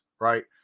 right